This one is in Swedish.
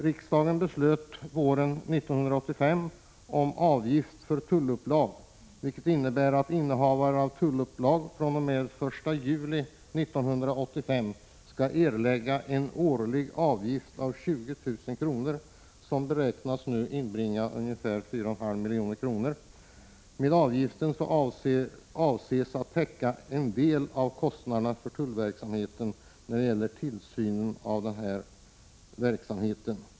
Riksdagen beslutade våren 1985 om avgifter för tullupplag, vilket innebär att innehavare av tullupplag fr.o.m. den 1 juli 1985 skall erlägga en årlig avgift av 20 000 kr., som beräknas inbringa ungefär 4,5 milj.kr. per år. Avgiften avser att täcka en del av kostnaderna för tullverkets tillsyn över verksamheten.